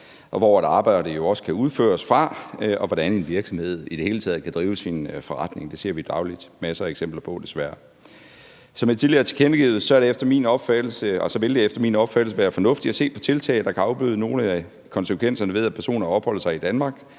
hvor arbejdet også kan udføres fra, og hvordan en virksomhed i det hele taget kan drive sin forretning. Det ser vi dagligt masser af eksempler på, desværre. Som jeg tidligere har tilkendegivet vil det efter min opfattelse være fornuftigt at se på tiltag, der kan afbøde nogle af konsekvenserne af, at personer opholder sig i Danmark